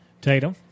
Tatum